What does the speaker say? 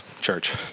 church